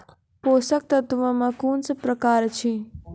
पोसक तत्व मे कून सब प्रकार अछि?